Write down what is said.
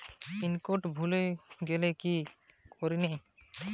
Pin code ভুলে গেলে কি কি করনিয়?